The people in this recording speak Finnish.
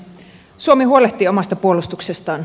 suomi huolehtii omasta puolustuksestaan